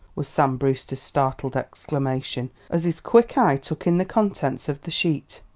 was sam brewster's startled exclamation as his quick eye took in the contents of the sheet.